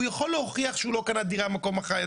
הוא יכול להוכיח שהוא לא קנה דירה במקום אחר,